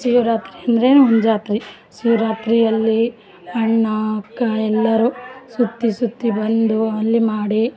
ಶಿವ ರಾತ್ರಿ ಅಂದರೆ ನಮ್ಮ ಜಾತ್ರೆ ಶಿವ ರಾತ್ರಿಯಲ್ಲಿ ಅಣ್ಣ ಅಕ್ಕ ಎಲ್ಲರು ಸುತ್ತಿ ಸುತ್ತಿ ಬಂದು ಅಲ್ಲಿ ಮಾಡಿ